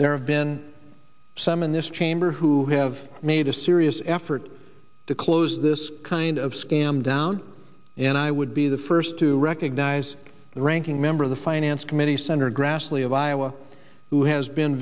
there have been some in this chamber who have made a serious effort to close this kind of scam down and i would be the first to recognize the ranking member of the finance committee senator grassley of iowa who has been